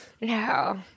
No